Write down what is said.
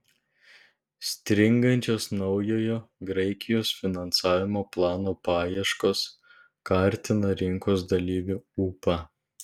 stringančios naujojo graikijos finansavimo plano paieškos kartina rinkos dalyvių ūpą